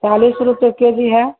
चालीस रुपये K G है